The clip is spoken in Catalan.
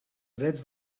drets